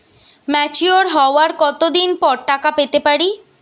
Mature হওয়ার কত দিন পর টাকা পেতে পারি?